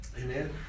Amen